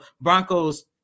broncos